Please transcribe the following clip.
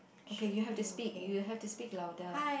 okay you have to speak you'll have to speak louder